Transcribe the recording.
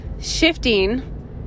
shifting